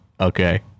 Okay